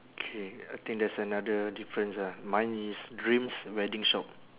K I think that's another difference ah mine is dreams wedding shop